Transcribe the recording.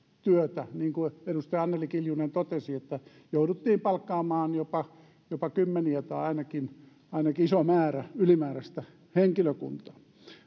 työtä niin kuin edustaja anneli kiljunen totesi jouduttiin palkkaamaan jopa jopa kymmeniä tai ainakin ainakin iso määrä ylimääräistä henkilökuntaa